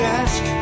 ask